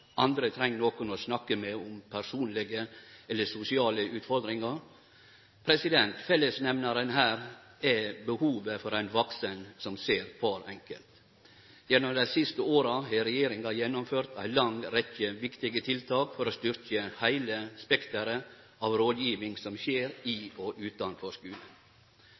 andre treng nokon å snakke med om personlege eller sosiale utfordringar. Fellesnemnaren her er behovet for ein vaksen som ser kvar enkelt. Gjennom dei siste åra har regjeringa gjennomført ei lang rekkje viktige tiltak for å styrkje heile spekteret av rådgjeving som skjer i og utanfor skulen.